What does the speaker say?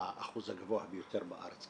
האחוז הגבוה ביותר בארץ.